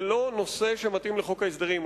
זה לא נושא שמתאים לחוק ההסדרים.